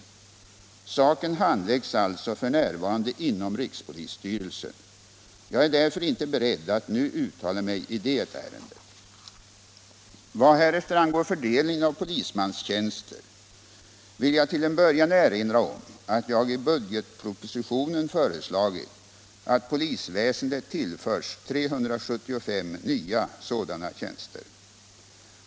Saken handläggs alltså f.n. inom rikspolisstyrelsen. Jag är därför inte beredd att nu uttala mig i det ärendet. Vad härefter angår fördelningen av polismannatjänster vill jag till en början erinra om att jag i budgetpropositionen föreslagit att polisväsendet tillförs 375 nya sådana tjänster.